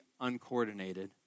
uncoordinated